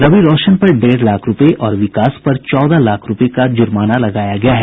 रवि रौशन पर डेढ़ लाख रुपये और विकास पर चौदह लाख रुपये का जुर्माना लगाया गया है